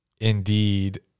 indeed